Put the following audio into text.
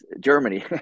germany